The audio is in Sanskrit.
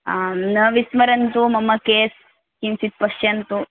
आम् न विस्मरन्तु मम केस् किञ्चित् पश्यन्तु